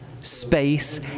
space